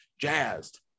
jazzed